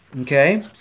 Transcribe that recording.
Okay